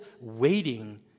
waiting